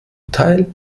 teil